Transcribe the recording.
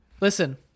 Listen